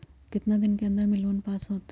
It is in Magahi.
कितना दिन के अन्दर में लोन पास होत?